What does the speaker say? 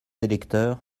électeurs